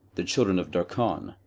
the children of darkon,